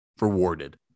rewarded